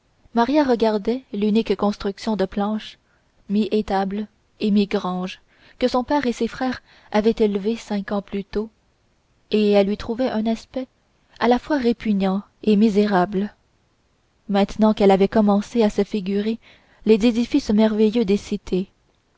maria regardait l'unique construction de planches mi étable et mi grange que son père et ses frères avaient élevée cinq ans plus tôt et elle lui trouvait un aspect à la fois répugnant et misérable maintenant qu'elle avait commencé à se figurer les édifices merveilleux des cités